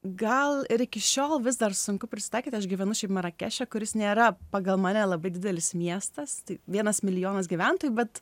gal ir iki šiol vis dar sunku prisitaikyt aš gyvenu šiaip marakeše kuris nėra pagal mane labai didelis miestas tai vienas milijonas gyventojų bet